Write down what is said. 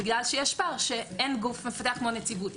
בגלל שיש פער שאין גוף מפקח כמו הנציבות.